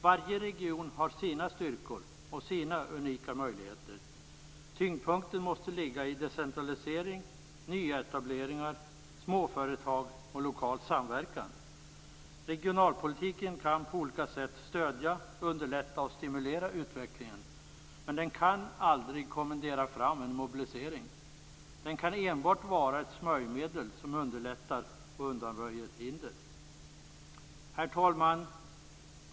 Varje region har sina styrkor och sina unika möjligheter. Tyngdpunkten måste ligga i decentralisering, nyetableringar, småföretag och lokal samverkan. Regionalpolitiken kan på olika sätt stödja, underlätta och stimulera utvecklingen, men den kan aldrig kommendera fram en mobilisering. Den kan enbart vara ett smörjmedel som underlättar och undanröjer hinder. Herr talman!